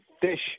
Fish